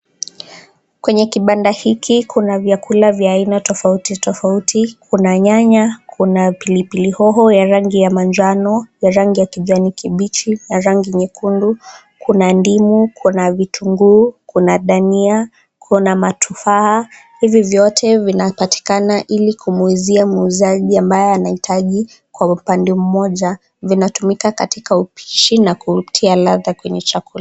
Kwenye kibanda hiki kuna chakula vya aina tofauti tofauti. Kuna nyanya kuna pilipili hoho ya rangi ya manjano, ya rangi ya kijani kibichi na rangi nyekundu. Kuna ndimu ,kuna vitungu, kuna dania ,kuna matufaa. Hivi vyote vinapatikana ili kumuuzia muuzajia ambaye anaitaji .Kwa uoande mmoja vinatumika katika upishi na kuitia ladha kwenye chakula.